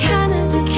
Canada